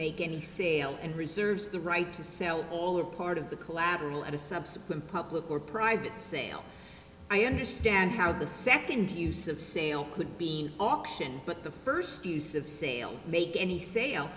it and reserves the right to sell all or part of the collateral at a subsequent public or private sale i understand how the second use of sale could be auction but the first use of sale make any sale